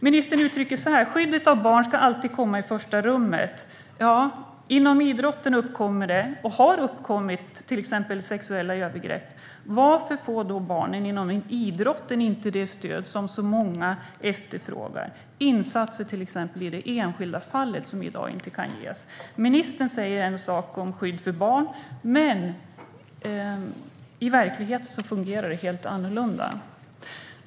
Ministern uttrycker att skyddet av barn alltid ska komma i första rummet. Inom idrotten förekommer det och har det förekommit till exempel sexuella övergrepp. Varför får då barnen inom idrotten inte det stöd som så många efterfrågar? Det gäller till exempel stöd i det enskilda fallet, som i dag inte kan ges. Ministern säger en sak om skydd för barn, men i verkligheten fungerar det helt annorlunda.